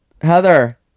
heather